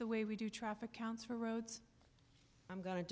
the way we do traffic counts for roads i'm going to